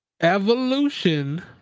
Evolution